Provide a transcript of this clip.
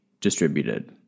distributed